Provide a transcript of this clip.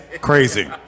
crazy